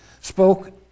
spoke